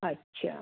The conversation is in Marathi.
अच्छा